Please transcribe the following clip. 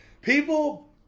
People